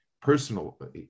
personal